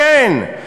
כן,